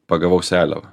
pagavau seliavą